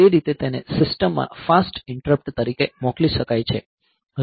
તે રીતે તેને સિસ્ટમમાં ફાસ્ટ ઈંટરપ્ટ તરીકે મોકલી શકાય છે